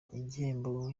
igihembo